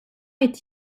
est